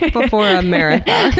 before a marathon.